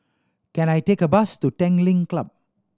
can I take a bus to Tanglin Club